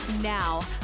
Now